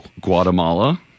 Guatemala